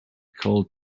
called